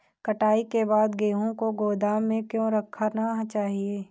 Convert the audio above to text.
कटाई के बाद गेहूँ को गोदाम में क्यो रखना चाहिए?